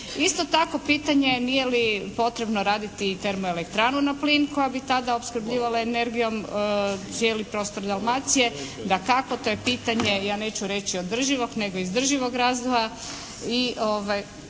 Isto tako, pitanje nije li potrebno raditi termoelektranu na plin koja bi tada opskrbljivala energijom cijeli prostor Dalmacije. Dakako to je pitanje ja neću reći održivog nego izdrživog razvoja.